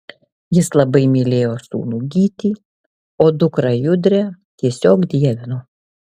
jis labai mylėjo sūnų gytį o dukrą judrę tiesiog dievino